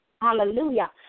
Hallelujah